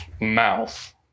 mouth